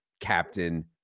captain